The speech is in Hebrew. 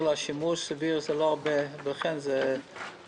לשימוש, זה לא הרבה, לכן זה מקובל,